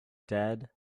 dead